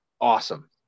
awesome